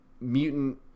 mutant